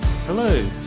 Hello